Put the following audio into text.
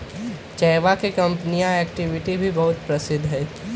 चयवा के कंपनीया एक्टिविटी भी बहुत प्रसिद्ध हई